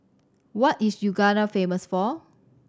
what is Uganda famous for